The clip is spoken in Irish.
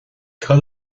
cad